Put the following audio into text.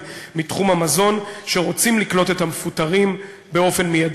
מתחום המזון שרוצים לקלוט את המפוטרים מייד.